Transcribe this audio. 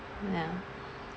no